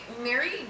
Mary